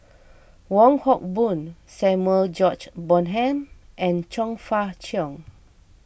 Wong Hock Boon Samuel George Bonham and Chong Fah Cheong